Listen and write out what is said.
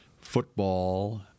football